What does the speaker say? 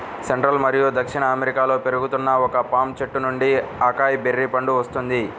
central మరియు దక్షిణ అమెరికాలో పెరుగుతున్న ఒక పామ్ చెట్టు నుండి అకాయ్ బెర్రీ పండు వస్తుంది